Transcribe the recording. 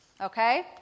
okay